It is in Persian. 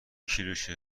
کیلوشه